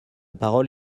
parole